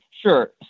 Sure